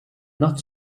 not